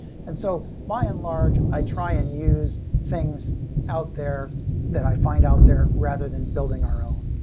and so by enlarge, i try and use things out there that i find out there rather than building our own.